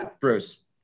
Bruce